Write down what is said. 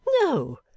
no